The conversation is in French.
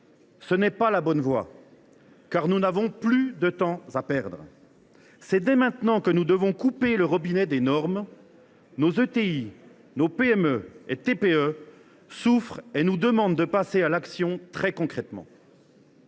Ce n’est pas la bonne voie, car nous n’avons plus de temps à perdre. C’est dès maintenant que nous devons couper le robinet des normes. Nos ETI, nos PME et TPE souffrent et nous demandent de passer à l’action très concrètement.